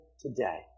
today